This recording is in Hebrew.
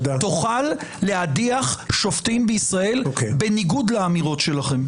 היא תוכל להדיח שופטים בישראל בניגוד לאמירות שלכם.